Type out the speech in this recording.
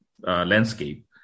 landscape